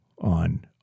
on